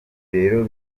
rero